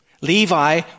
Levi